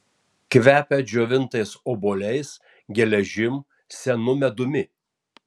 kvepia džiovintais obuoliais geležim senu medumi